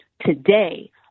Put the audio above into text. Today